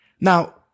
Now